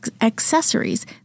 accessories